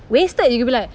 wasted you going to be like